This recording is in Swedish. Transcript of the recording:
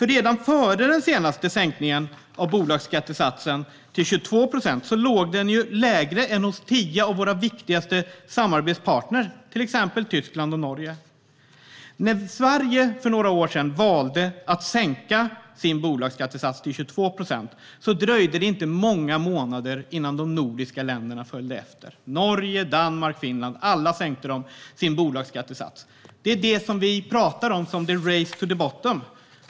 Redan före den senaste sänkningen av bolagsskattesatsen till 22 procent låg den ju lägre än hos tio av våra viktigaste samarbetspartner, till exempel Tyskland och Norge. När Sverige för några år sedan valde att sänka sin bolagsskattesats till 22 procent dröjde det inte många månader innan de nordiska länderna följde efter. Norge, Danmark och Finland - alla sänkte de sin bolagsskattesats. Det är detta vi talar om som race to the bottom.